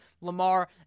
Lamar